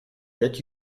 jaki